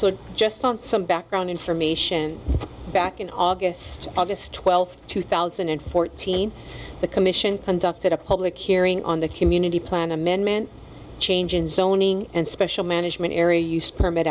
so just on some background information back in august august twelfth two thousand and fourteen the commission conducted a public hearing on the community plan amendment change in zoning and special management area use permit